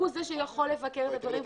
הוא שיכול לבקר את הדברים.